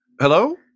hello